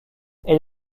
elle